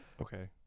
okay